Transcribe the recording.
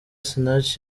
sinach